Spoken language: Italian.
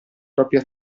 proprie